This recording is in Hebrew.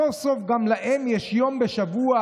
סוף-סוף גם לנו יש יום בשבוע,